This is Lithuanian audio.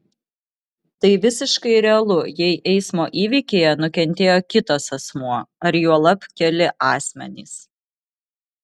tai visiškai realu jei eismo įvykyje nukentėjo kitas asmuo ar juolab keli asmenys